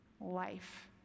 life